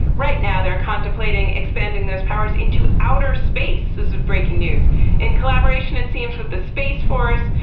right now, they're contemplating expanding those powers into outer space. is it breaking news in collaboration? it seems with the space force,